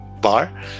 Bar